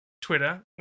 Twitter